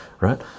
right